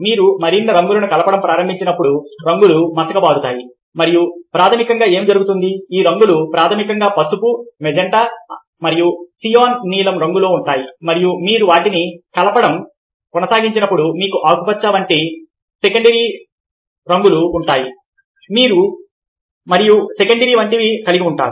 మీరు మరిన్ని రంగులను కలపడం ప్రారంభించినప్పుడు రంగులు మసకబారుతాయి మరియు ప్రాథమికంగా ఏమి జరుగుతుంది ఈ రంగులు ప్రాథమికంగా పసుపు మెజెంటా మరియు సియాన్ నీలం రంగులో ఉంటాయి మరియు మీరు వాటిని కలపడం కొనసాగించినప్పుడు మీకు ఆకుపచ్చ వంటి సెకండరీలు ఉంటాయి మరియు మీకు సెకండరీ వంటివి ఉంటాయి